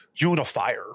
unifier